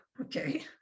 Okay